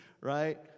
right